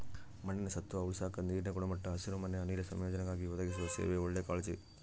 ಮಣ್ಣಿನ ಸತ್ವ ಉಳಸಾಕ ನೀರಿನ ಗುಣಮಟ್ಟ ಹಸಿರುಮನೆ ಅನಿಲ ಸಂಯೋಜನೆಗಾಗಿ ಒದಗಿಸುವ ಸೇವೆ ಒಳ್ಳೆ ಕಾಳಜಿ